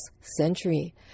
century